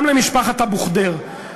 גם למשפחת אבו ח'דיר.